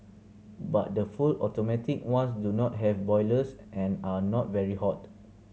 but the full automatic ones do not have boilers and are not very hot